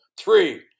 Three